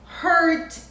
hurt